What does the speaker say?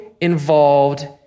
involved